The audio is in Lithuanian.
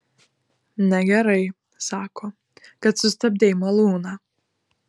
negerai sako kad sustabdei malūną